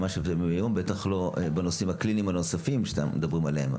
ובטח שבנושאים הקליניים הנוספים שאתם מדברים עליהם.